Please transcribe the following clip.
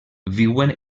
viuen